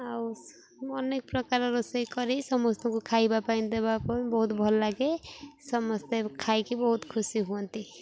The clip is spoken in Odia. ଆଉ ଅନେକ ପ୍ରକାର ରୋଷେଇ କରି ସମସ୍ତଙ୍କୁ ଖାଇବା ପାଇଁ ଦେବା ପାଇଁ ବହୁତ ଭଲ ଲାଗେ ସମସ୍ତେ ଖାଇକି ବହୁତ ଖୁସି ହୁଅନ୍ତି